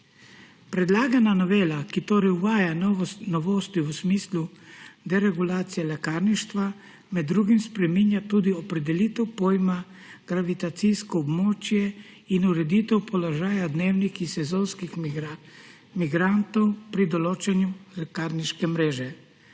Predlagana novela, ki torej uvaja novosti v smislu deregulacije lekarništva, med drugim spreminja tudi opredelitev pojma gravitacijsko območje in ureditev položaja dnevnih in sezonskih migrantov pri določanju lekarniške mreže.